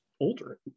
older